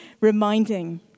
reminding